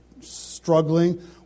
struggling